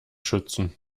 schützen